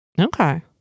Okay